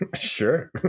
Sure